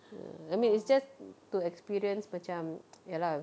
err I mean it's just to experience macam ya lah